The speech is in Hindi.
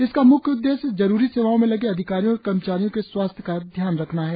इसका म्ख्य उद्देश्य जरूरी सेवाओं में लगे अधिकारियों और कर्मचारियों के स्वास्थ्य का ध्यान रखना है